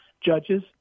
judges